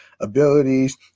abilities